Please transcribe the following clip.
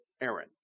Aaron